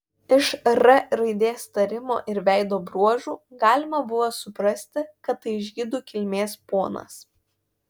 iš r raidės tarimo ir veido bruožų galima buvo suprasti kad tai žydų kilmės ponas